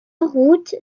route